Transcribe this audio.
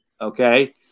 okay